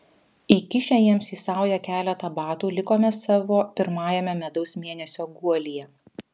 įkišę jiems į saują keletą batų likome savo pirmajame medaus mėnesio guolyje